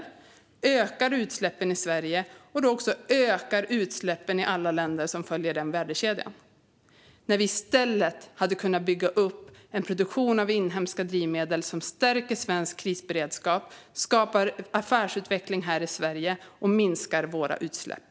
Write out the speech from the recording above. Vi ökar utsläppen i Sverige och ökar då också utsläppen i alla länder som följer denna värdekedja. I stället hade vi kunnat bygga upp en produktion av inhemska drivmedel som stärker svensk krisberedskap, skapar affärsutveckling här i Sverige och minskar våra utsläpp.